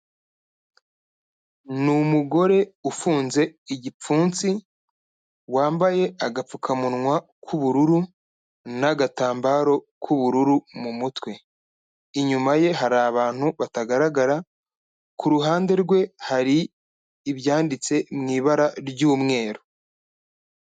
Ni umugore ufunze igipfunsi, wambaye agapfukamunwa k'ubururu n'agatambaro k'ubururu mu mutwe, inyuma ye hari abantu batagaragara, ku ruhande rwe hari ibyanditse mu ibara ry'umweru.